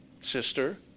sister